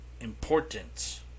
importance